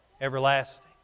everlasting